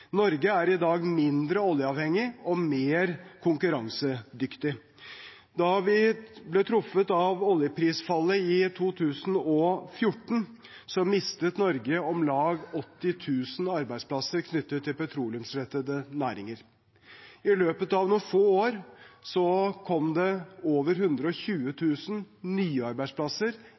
Norge er i dag mindre oljeavhengig og mer konkurransedyktig. Da vi ble truffet av oljeprisfallet i 2014, mistet Norge om lag 80 000 arbeidsplasser knyttet til petroleumsrettede næringer. I løpet av noen få år kom det over 120 000 nye arbeidsplasser